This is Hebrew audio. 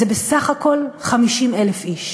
זה בסך הכול 50,000 איש.